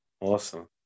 awesome